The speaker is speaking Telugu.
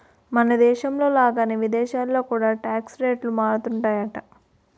మనదేశం లాగానే విదేశాల్లో కూడా టాక్స్ రేట్లు మారుతుంటాయట